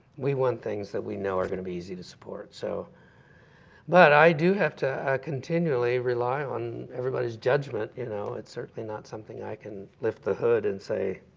we want things that we know are going to be easy to support. so but i do have to continually rely on everybody's judgment. you know it's certainly not something i can lift the hood and say,